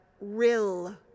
rill